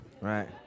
Right